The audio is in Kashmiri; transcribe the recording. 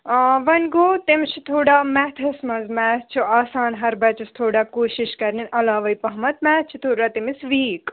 وۄنۍ گوٚو تٔمِس چھِ تھوڑا میتھَس منٛز میتھ چھُ آسان ہَر بَچَس تھوڑا کوٗشِش کَرنہِ علاوَے پَہمَتھ میتھ چھِ تھوڑا تٔمِس ویٖک